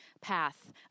path